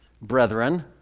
brethren